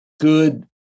good